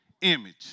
image